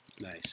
Nice